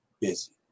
busy